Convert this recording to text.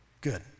Good